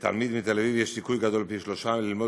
לתלמיד מתל אביב יש סיכוי גדול פי שלושה ללמוד